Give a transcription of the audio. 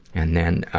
and then, ah,